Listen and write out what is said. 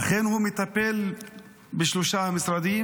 אכן הוא מטפל בשלושה משרדים?